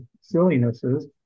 sillinesses